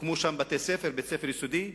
הוקמו שם בתי-ספר: בית-ספר יסודי,